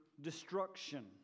destruction